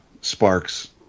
sparks